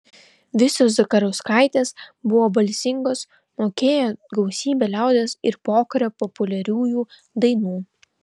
visos zakarauskaitės buvo balsingos mokėjo gausybę liaudies ir pokario populiariųjų dainų